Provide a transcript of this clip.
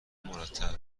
مرتب